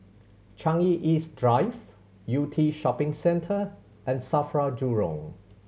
Changi East Drive Yew Tee Shopping Centre and SAFRA Jurong